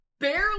barely